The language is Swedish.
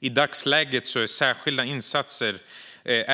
I dagsläget är